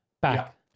back